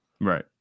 right